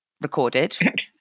recorded